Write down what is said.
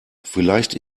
vielleicht